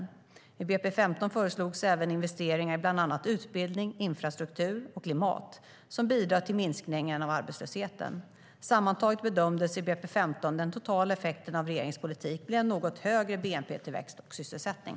I budgetpropositionen 2015 föreslogs även investeringar i bland annat utbildning, infrastruktur och klimat, som bidrar till minskningen av arbetslösheten. Sammantaget bedömdes i budgetpropositionen 2015 den totala effekten av regeringens politik bli en något högre bnp-tillväxt och sysselsättning.